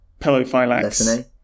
Pelophylax